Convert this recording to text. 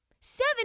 Seven